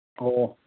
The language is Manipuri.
ꯑꯣ ꯑꯣ